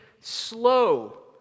slow